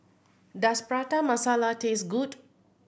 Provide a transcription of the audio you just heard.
does Prata Masala taste good